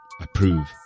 approve